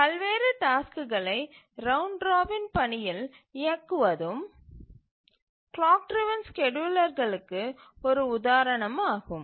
பல்வேறு டாஸ்க்குகளை round robin பாணியில் இயக்குவதும் கிளாக் டிரவன் ஸ்கேட்யூலர்களுக்கு ஒரு உதாரணம் ஆகும்